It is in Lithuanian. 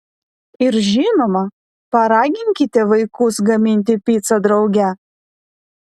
ir žinoma paraginkite vaikus gaminti picą drauge